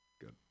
good